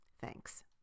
Thanks